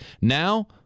Now